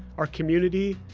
our community,